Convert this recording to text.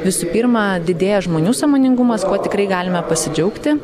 visų pirma didėja žmonių sąmoningumas kuo tikrai galime pasidžiaugti